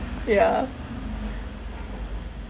yeah